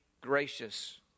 gracious